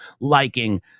liking